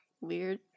weird